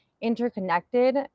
interconnected